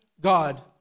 God